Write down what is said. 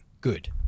good